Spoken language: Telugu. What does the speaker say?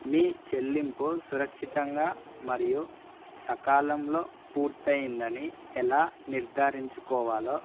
మీ చెల్లింపు సురక్షితంగా మరియు సకాలంలో పూర్తయింది అని ఎలా నిర్ధారించుకోవాలి